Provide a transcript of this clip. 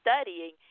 studying